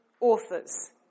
authors